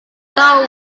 tahu